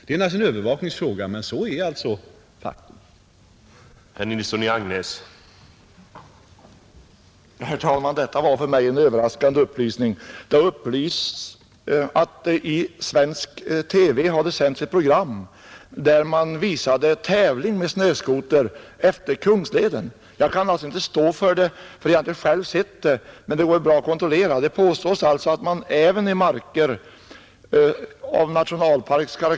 Det är en övervakningsfråga, men så är det faktiska förhållandet.